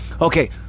Okay